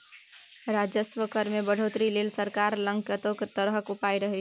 राजस्व कर मे बढ़ौतरी लेल सरकार लग कतेको तरहक उपाय रहय छै